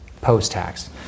post-tax